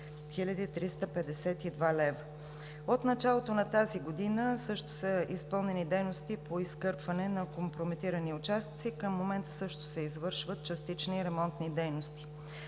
От началото на тази година също са изпълнени дейности по изкърпване на компрометирани участъци, към момента също се извършват частични ремонтни дейности.